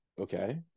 okay